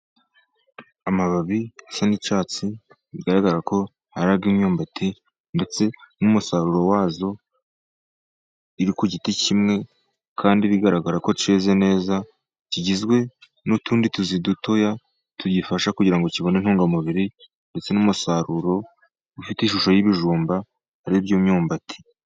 Amababi asa n'icyatsi bigaragara ko ari ay'imyumbati, ndetse n'umusaruro wayo iri ku giti kimwe kandi bigaragara ko cyeze neza, kigizwe n'utundi tuzi dutoya tuyifasha kugira ngo kibone intungamubiri ,ndetse n'umusaruro ufite ishusho y'ibijumba ari byo myumbati.